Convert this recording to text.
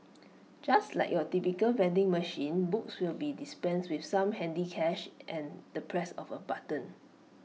just like your typical vending machine books will be dispensed with some handy cash and the press of A button